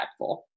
impactful